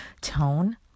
tone